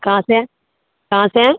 कहाँ से हैं कहाँ से हैं